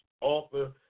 author